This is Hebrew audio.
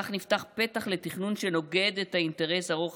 כך נפתח פתח לתכנון שנוגד את האינטרס ארוך